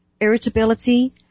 irritability